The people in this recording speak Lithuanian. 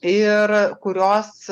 ir kurios